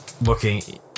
looking